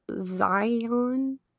Zion